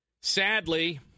Sadly